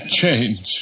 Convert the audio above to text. change